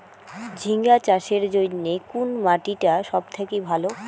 ঝিঙ্গা চাষের জইন্যে কুন মাটি টা সব থাকি ভালো?